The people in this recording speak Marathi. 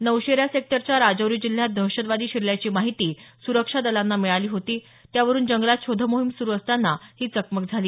नौशेरा सेक्टरच्या राजौरी जिल्ह्यात दहशतवादी शिरल्याची माहिती सुरक्षा दलांना मिळाली होती त्यावरून जंगलात शोध मोहीम स्रु असताना ही चकमक झाली